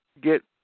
get